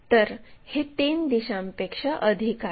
तर हे 3 दिशांपेक्षा अधिक आहे